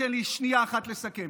תן לי שנייה אחת לסכם.